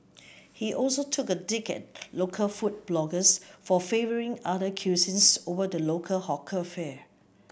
he also took a dig at local food bloggers for favouring other cuisines over the local hawker fare